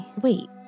Wait